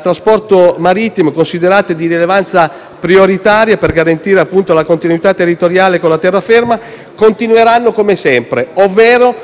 trasporto marittimo, considerato di rilevanza prioritaria per garantire la continuità territoriale con la terraferma - continueranno, come sempre, ad avere